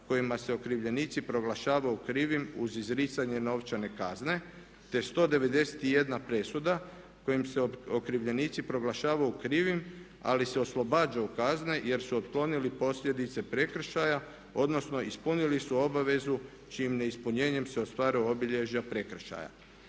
kojima se okrivljenici proglašavaju krivim uz izricanje novčane kazne, te 191 presuda kojim se okrivljenici proglašavaju krivim ali se oslobađaju kazne jer su otklonili posljedice prekršaja, odnosno ispunili su obavezu čijim neispunjenjem se ostvaruju obilježja prekršaja.